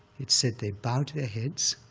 it's said they bowed their heads